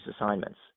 assignments